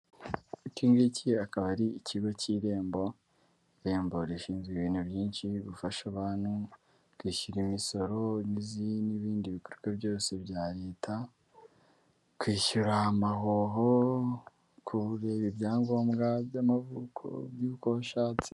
Iki ngiki akaba ari ikigo cy'Irembo, Irembo rishinzwe ibintu byinshi gufasha abantu kwishyura imisoro n'ibindi bikorwa byose bya Leta, kwishyura amahoho, kureba ibyangombwa by'amavuko, iby'uko washatse.